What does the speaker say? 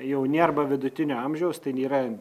jauni arba vidutinio amžiaus tai yra